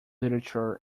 literature